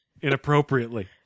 Inappropriately